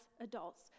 adults